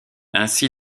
ainsi